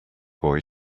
boy